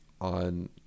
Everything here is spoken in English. on